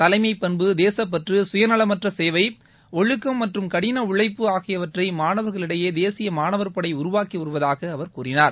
தலைமைப்பண்பு தேசப்பற்று சுயநலமற்ற சேவை ஒழுக்கம் மற்றும் கடின உழைப்பு ஆகியவற்றை மாணவர்களிடையே தேசிய மாணவர் படை உருவாக்கி வருவதாக அவர் கூறினார்